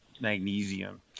magnesium